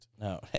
No